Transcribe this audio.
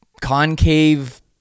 concave